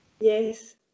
Yes